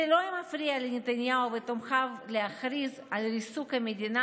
זה לא מפריע לנתניהו ולתומכיו להכריז על ריסוק המדינה